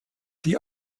die